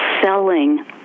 selling